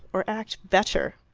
or act better.